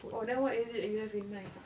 oh then what is it that you have in mind